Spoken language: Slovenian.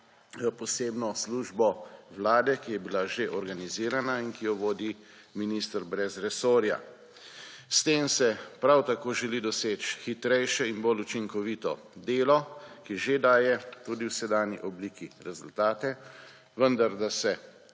posebno službo Vlade, ki je bila že organizirana in ki jo vodi minister brez resorja. S tem se prav tako želi doseči hitrejše in bolj učinkovito delo, ki že daje, tudi v sedanji obliki rezultate, vendar, da se